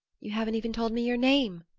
you haven't even told me your name,